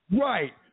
Right